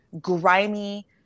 grimy